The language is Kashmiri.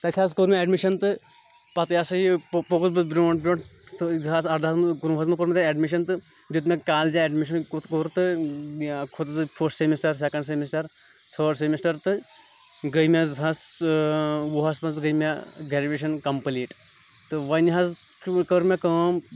تَتہِ حظ کوٚر مےٚ اٮ۪ڈمِشن تہٕ پَتہٕ یہِ ہسا یہِ پوٚکُس بہٕ برٛونٛٹھ برٛونٛٹھ تہٕ زٕ ساس اَردہَس منٛز کُنوُہس منٛز کوٚر مےٚ تَتہِ اٮ۪ڈمِشن تہٕ دیُت مےٚ کالیجہِ اٮ۪ڈمِشن تہٕ کھوٚتس بہٕ فٔسٹ سیمِسٹر سیکنٛڈ سیمِسٹر تھٲڈ سیمِسٹر گٔیے مےٚ زٕ ساس وُہَس منٛز گٔیے مےٚ گریجویشن کَمپلیٖٹ تہٕ وۄنۍ حظ کٔر مےٚ کٲم